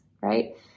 right